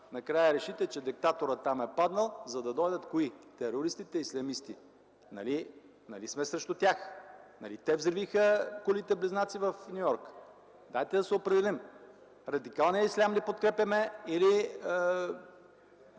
накрая решите, че диктаторът там е паднал, за да дойдат кои – ислямистите-терористи. Нали сме срещу тях?! Нали те взривиха кулите близнаци в Ню Йорк?! Дайте да се определим: радикалния ислям ли подкрепяме, или